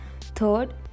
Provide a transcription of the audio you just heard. third